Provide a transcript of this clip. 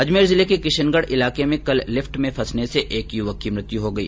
अजमेर जिले के किशनगढ इलाके में कल लिफ्ट में फसने से एक युवक की मृत्यु हो गई